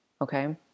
Okay